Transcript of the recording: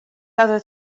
other